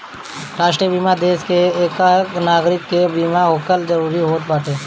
राष्ट्रीय बीमा देस के एकहक नागरीक के बीमा होखल जरूरी होत बाटे